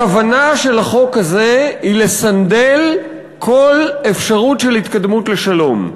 הכוונה של החוק הזה היא לסנדל כל אפשרות של התקדמות לשלום.